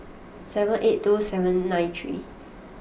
seven eight two seven nine three